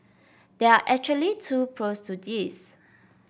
there are actually two pros to this